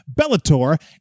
Bellator